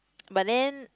but then